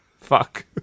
Fuck